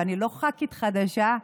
ואני לא ח"כית חדשה,